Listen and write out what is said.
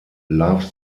love